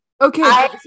Okay